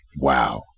Wow